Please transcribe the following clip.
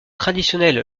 traditionnelle